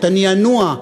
את הנענוע,